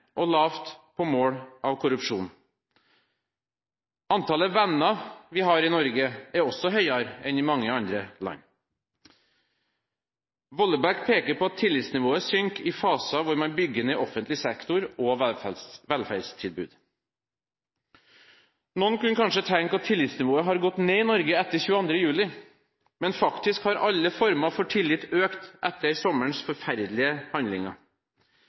og lavt på mål av korrupsjon. Antallet venner vi har i Norge, er også høyere enn i mange andre land. Wollebæk peker på at tillitsnivået synker i faser hvor man bygger ned offentlig sektor og velferdstilbud. Noen kunne kanskje tenke at tillitsnivået har gått ned i Norge etter 22. juli, men faktisk har alle former for tillit økt etter sommerens forferdelige handlinger.